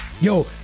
Yo